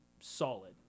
solid